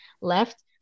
left